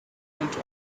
went